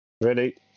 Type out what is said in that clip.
Ready